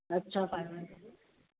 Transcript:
अच्छा पाइबा